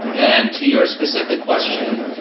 and to your specific question,